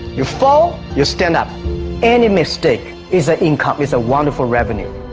you fall you stand up any mistake. is that income is a wonderful revenue?